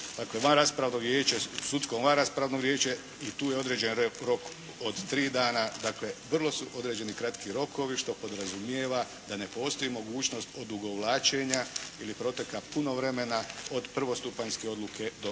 vanraspravno vijeće, sudsko vanraspravno vijeće. I tu je određen rok od tri dana dakle, vrlo su određeni kratki rokovi što podrazumijeva da ne postoji mogućnost odugovlačenja ili proteka puno vremena od prvostupanjske odluke do konačne